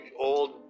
old